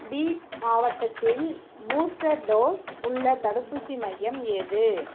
beat மாவட்டத்தில் booster dose உள்ள தடுப்பூசி மையம் எது